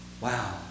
wow